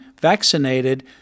vaccinated